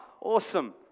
awesome